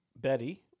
Betty